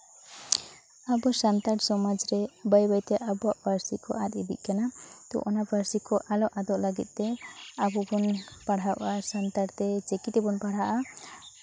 ᱟᱵᱚ ᱥᱟᱱᱛᱟᱞ ᱥᱚᱢᱟᱡᱽ ᱨᱮ ᱵᱟᱹᱭᱼᱵᱟᱹᱭ ᱛᱮ ᱟᱵᱚᱣᱟᱜ ᱯᱟᱹᱨᱥᱤ ᱠᱚ ᱟᱫ ᱤᱫᱤᱜ ᱠᱟᱱᱟ ᱛᱚ ᱚᱱᱟ ᱯᱟᱹᱨᱥᱤ ᱠᱚ ᱟᱞᱚ ᱟᱫᱚᱜ ᱞᱟᱹᱜᱤᱫ ᱛᱮ ᱟᱵᱚ ᱵᱚᱱ ᱯᱟᱲᱦᱟᱣᱟ ᱥᱟᱱᱛᱟᱲᱛᱮ ᱪᱤᱠᱤ ᱵᱚᱱ ᱯᱟᱲᱦᱟᱜᱼᱟ